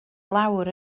lawr